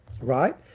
right